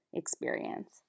experience